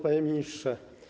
Panie Ministrze!